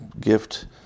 gift